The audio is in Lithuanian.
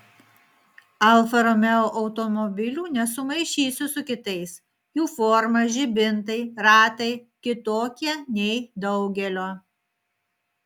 alfa romeo automobilių nesumaišysi su kitais jų forma žibintai ratai kitokie nei daugelio